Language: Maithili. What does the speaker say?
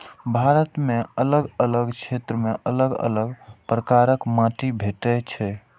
भारत मे अलग अलग क्षेत्र मे अलग अलग प्रकारक माटि भेटै छै